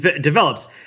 develops